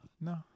no